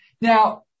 Now